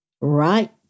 right